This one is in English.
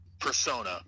persona